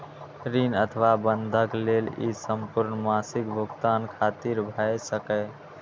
ऋण अथवा बंधक लेल ई संपूर्ण मासिक भुगतान खातिर भए सकैए